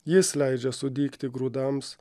jis leidžia sudygti grūdams